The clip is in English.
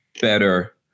better